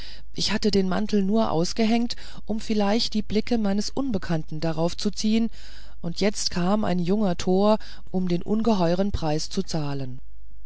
ich hatte den mantel nur ausgehängt um vielleicht die blicke meines unbekannten darauf zu ziehen und jetzt kam ein junger tor um den ungeheuren preis zu zahlen